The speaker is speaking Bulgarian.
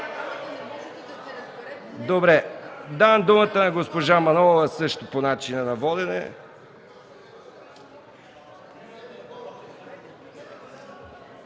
Добре. Давам думата на госпожа Манолова също по начина на водене.